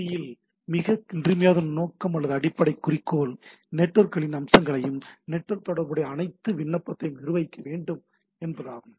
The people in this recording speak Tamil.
பி இன் மிக இன்றியமையாத நோக்கம் அல்லது அடிப்படைக் குறிக்கோள் நெட்வர்க்குகளின் அம்சங்களையும் நெட்வொர்க் தொடர்புடைய அனைத்து விண்ணப்பதையும் நிர்வகிக்க வேண்டும் என்பதாகும்